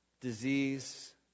disease